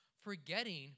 forgetting